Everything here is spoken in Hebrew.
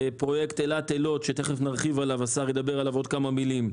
פרויקט אילת-אלות, שהשר ידבר עליו עוד כמה מילים.